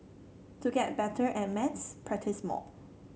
to get better at maths practise more